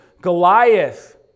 Goliath